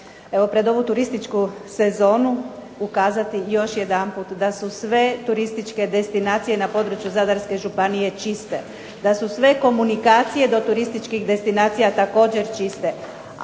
pred ovu turističku sezonu ukazati još jedanput da su sve turističke destinacije na području Zadarske županije čiste, da su sve komunikacije do turističkih destinacija također čiste,